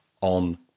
on